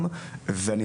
וקודם בתפקיד.